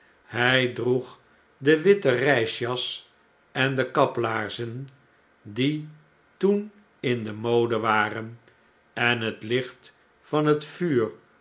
hij droeg de witte reisjas en de kaplaarzen die toen in de mode waren en het licht van het vuur